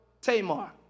Tamar